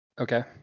Okay